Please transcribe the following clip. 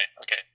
okay